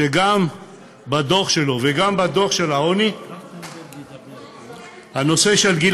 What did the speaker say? שגם בדוח שלו וגם בדוח העוני הנושא של הגיל